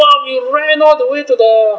!wow! we ran all the way to the